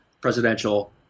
presidential